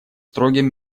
строгим